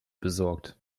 besorgt